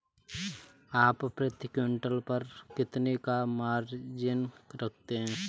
आप प्रति क्विंटल पर कितने का मार्जिन रखते हैं?